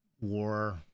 war